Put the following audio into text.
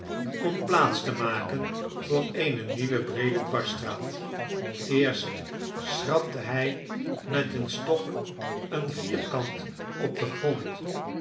om plaats te maken voor eene nieuwe breede dwarsstraat eerst schrapte hij met een stok een vierkant op den grond